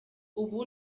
ubu